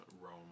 rome